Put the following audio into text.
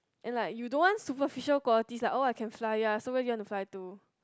and like you don't want superficial qualities like oh I can fly ya so where do you want to fly to